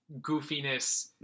goofiness